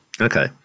Okay